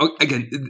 again